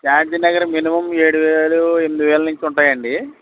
Shantinagar minimum ఏడువేలు ఎనిమిది వేలు నుంచి ఉంటాయండి